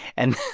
and